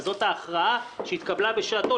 וזו ההכרעה שהתקבלה בשעתו,